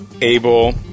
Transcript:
Abel